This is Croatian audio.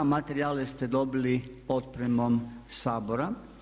Materijale ste dobili otpremom Sabora.